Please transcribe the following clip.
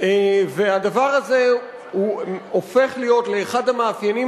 והדבר הזה הוא הופך להיות לאחד המאפיינים